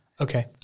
Okay